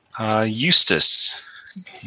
Eustace